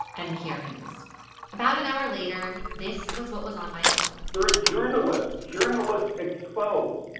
npr news about an hour later, this was what was on my phone you're a journalist. journalists expose.